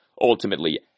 ultimately